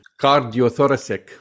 cardiothoracic